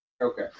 Okay